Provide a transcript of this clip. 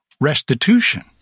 restitution